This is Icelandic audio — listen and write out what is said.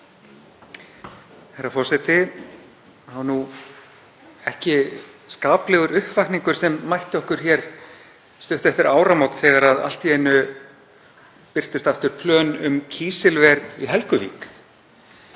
Herra forseti. Það var nú ekki skaplegur uppvakningur sem mætti okkur hér stuttu eftir áramót þegar allt í einu birtust aftur plön um kísilver í Helguvík.